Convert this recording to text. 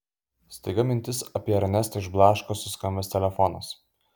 staiga mintis apie ernestą išblaško suskambęs telefonas